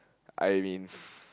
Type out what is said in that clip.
I mean